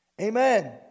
Amen